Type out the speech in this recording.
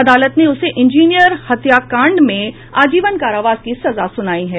अदालत ने उसे इंजीनियर हत्याकांड में आजीवन कारावास की सजा सूनायी है